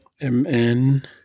M-N